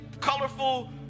colorful